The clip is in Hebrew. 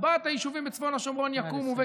ארבעת היישובים בצפון השומרון יקומו.